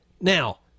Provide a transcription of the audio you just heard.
Now